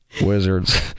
wizards